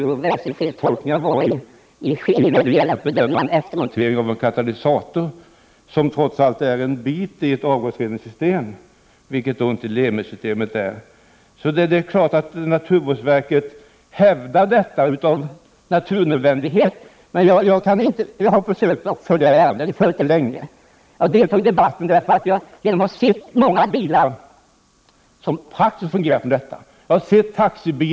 Herr talman! Jag inledde mitt första inlägg här med att visa på de väsensskilda tolkningar som finns när det gäller att bedöma en eftermontering av en katalysator, som trots allt utgör en bit av ett avgasreningssystem. Det gäller alltså inte Lemi-systemet. Självklart är det en naturnödvändighet för naturvårdsverket att hävda detta. Jag har följt ärendet länge, och jag har deltagit i debatten därför att jag vet hur många bilar praktiskt fungerar i detta sammanhang.